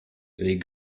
les